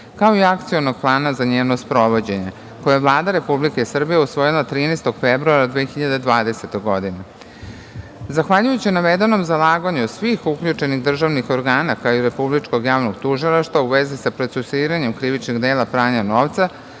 kao i Akcionog plana za njeno sprovođenje, koje je Vlada Republike Srbije usvojila 13. februara 2020. godine. Zahvaljujući navedenom zalaganju svih uključenih državnih organa, kao i Republičkog javnog tužilaštva u vezi sa procesuiranjem krivičnih dela pranja novca,